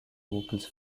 vocals